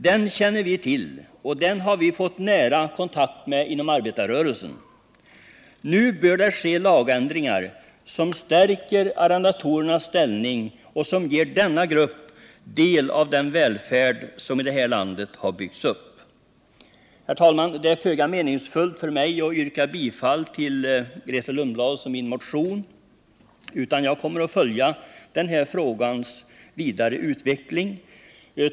Den känner vi till, och den har vi fått nära kontakt med inom arbetarrörelsen. Nu bör det ske lagändringar som stärker arrendatorernas ställning och som ger denna grupp del av den välfärd som byggts upp i det här landet. Herr talman! Det är föga meningsfullt för mig att yrka bifall till Grethe Lundblads och min motion, utan jag vill bara säga att jag noga kommer att följa frågans vidare utveckling.